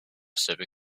super